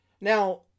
Now